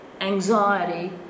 anxiety